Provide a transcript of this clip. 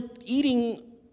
eating